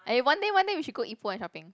eh one day one day we should go Ipoh and shopping